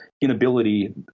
inability